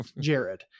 Jared